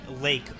lake